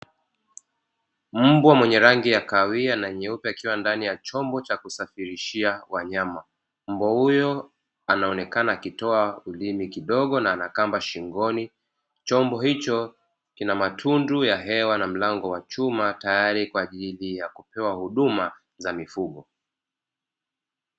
Mbwa mwenye rangi ya kahawia na nyeupe akiwa ndani ya chombo cha kusafiria wanyama. Mbwa huyo anaonekana akitoa ulimi kidogo na anakamba shingoni. Chombo hicho kina matundu ya hewa na mlango wa chuma tayari kwa ajili ya kupewa huduma za mifugo.